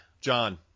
John